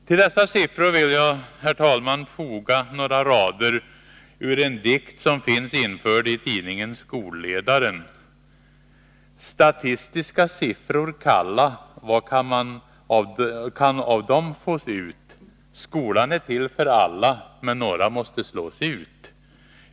Till dessa siffror vill jag, herr talman, foga några rader ur en dikt som finns införd i tidningen Skolledaren: Vad kan av dem fås ut? Skolan är till för alla, men några måste slås ut!